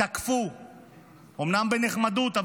אומנם בנחמדות,